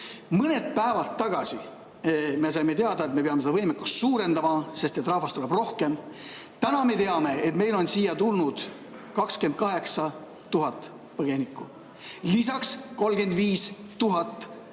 Mõned päevad tagasi saime teada, et me peame seda võimekust suurendama, sest rahvast tuleb rohkem. Täna me teame, et siia on tulnud 28 000 põgenikku, lisaks 35 000 kodanikku